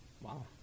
wow